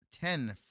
Ten